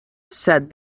said